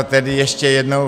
Tedy ještě jednou.